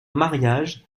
mariage